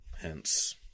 Hence